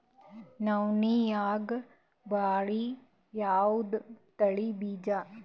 ನವಣಿಯಾಗ ಭಾರಿ ಯಾವದ ತಳಿ ಬೀಜ?